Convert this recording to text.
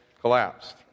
collapsed